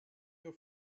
your